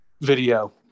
video